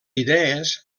idees